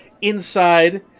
inside